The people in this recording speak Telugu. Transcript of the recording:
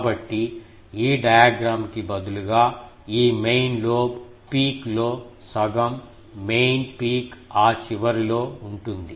కాబట్టి ఈ డయాగ్రమ్ కి బదులుగా ఈ మెయిన్ లోబ్ పీక్ లో సగం మెయిన్ పీక్ ఆ చివరలో ఉంటుంది